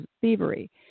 thievery